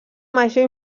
major